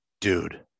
dude